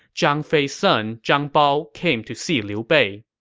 zhang fei's son, zhang bao, came to see liu bei